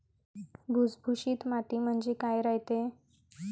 भुसभुशीत माती म्हणजे काय रायते?